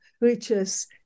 reaches